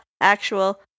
actual